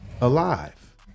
alive